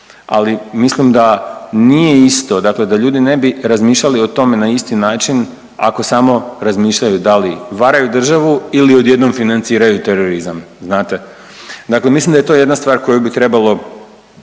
Ali mislim da nije isto dakle da ljudi ne bi razmišljali o tome na isti način ako samo razmišljaju da li varaju državu ili odjednom financiraju terorizam znate. Dakle, mislim da je to jedna stvar koju bi trebalo